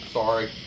sorry